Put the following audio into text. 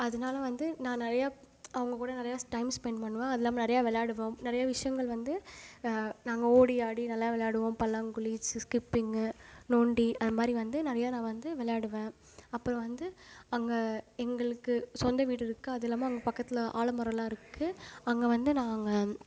அதனால் வந்து நான் நிறையா அவங்ககூட நிறையா டைம் ஸ்பென்ட் பண்ணுவேன் அது இல்லாமல் நிறையா விளையாடுவோம் நிறையா விஷயங்கள் வந்து நாங்கள் ஓடி ஆடி நல்லா விளையாடுவோம் பல்லாங்குழி ஸ் ஸ்கிப்பிங்கு நொண்டி அது மாதிரி வந்து நிறையா நான் வந்து விளையாடுவேன் அப்புறம் வந்து அங்கே எங்களுக்கு சொந்த வீடு இருக்கு அது இல்லாமல் அங்கே பக்கத்தில் ஆலமரம்லாம் இருக்கு அங்கே வந்து நாங்கள்